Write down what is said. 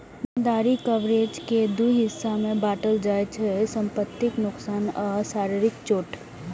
देनदारी कवरेज कें दू हिस्सा मे बांटल जाइ छै, संपत्तिक नोकसान आ शारीरिक चोट